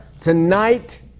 Tonight